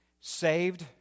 Saved